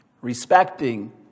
respecting